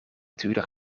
duurder